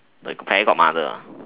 fairy godmother